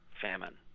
famine